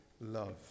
love